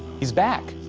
he's back.